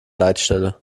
leitstelle